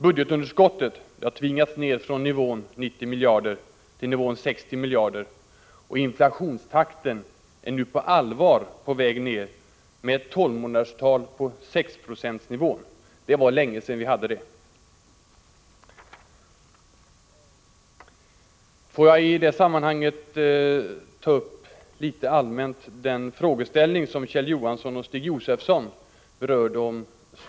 Budgetunderskottet har tvingats ned från nivån 90 miljarder till nivån 60 miljarder, och inflationstakten är nu på allvar på väg ned med 12 månaderstal på 6-procentsnivån. Det var länge sedan vi hade det. Får jag i sammanhanget rent allmänt ta upp en frågeställning som Kjell Johansson och Stig Josefson berörde.